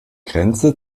grenze